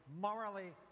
morally